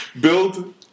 build